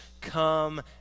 come